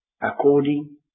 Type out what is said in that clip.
according